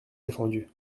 défendus